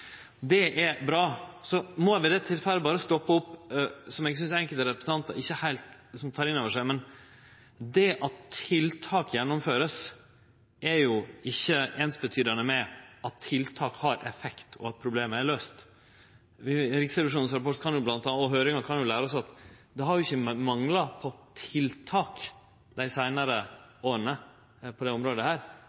Det er bra. Men så må eg berre ved dette tilfellet stoppe og seie noko som eg synest enkelte representantar ikkje heilt tek inn over seg: Det at tiltak vert gjennomførte er ikkje einstydande med at tiltak har effekt, og at problemet er løyst. Riksrevisjonens rapport og høyringa kan bl.a. lære oss at det ikkje har mangla på tiltak dei seinare åra på dette området,